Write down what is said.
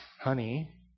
honey